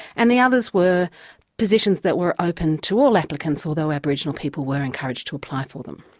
and the others were positions that were open to all applicants, although aboriginal people were encouraged to apply for them.